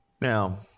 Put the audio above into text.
Now